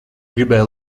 gribēja